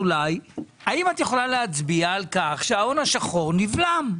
האם את יכולה להצביע על כך שההון השחור נבלם?